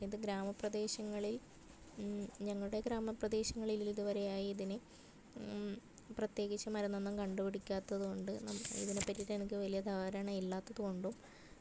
ഇത് ഗ്രാമപ്രദേശങ്ങളിൽ ഞങ്ങളുടെ ഗ്രാമപ്രദേശങ്ങളിൽ ഇതുവരെ ആയി ഇതിന് പ്രത്യേകിച്ച് മരുന്നൊന്നും കണ്ട് പിടിക്കാത്തത് കൊണ്ട് നമുക്ക് ഇതിനെപ്പറ്റിട്ട് എനിക്ക് വലിയ ധാരണ ഇല്ലാത്തതു കൊണ്ടും